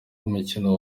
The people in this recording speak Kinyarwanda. umukino